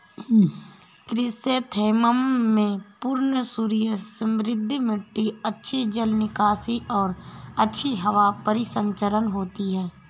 chrysanthemum में पूर्ण सूर्य समृद्ध मिट्टी अच्छी जल निकासी और अच्छी हवा परिसंचरण होती है